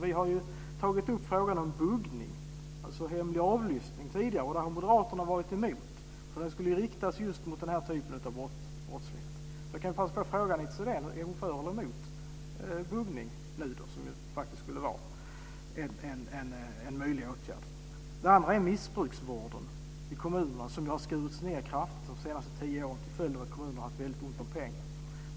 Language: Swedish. Vi har tidigare tagit upp frågan om buggning, dvs. hemlig avlyssning. Det har Moderaterna varit emot. Den skulle riktas mot just den här typen av brottslighet. Jag kan ju passa på att fråga Anita Sidén om hon är för eller emot buggning som ju faktiskt skulle vara en möjlig åtgärd. Missbruksvården i kommunerna har ju skurits ned kraftigt under de senaste tio åren till följd av att kommunerna har ont om pengar.